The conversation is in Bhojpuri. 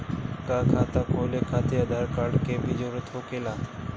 का खाता खोले खातिर आधार कार्ड के भी जरूरत होखेला?